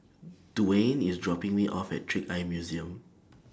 Dewayne IS dropping Me off At Trick Eye Museum